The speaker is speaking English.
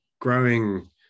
growing